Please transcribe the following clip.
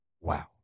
wow